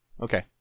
Okay